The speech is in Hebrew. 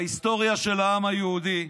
בהיסטוריה של העם היהודי,